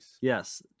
yes